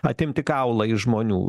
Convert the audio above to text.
atimti kaulą iš žmonių